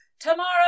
Tomorrow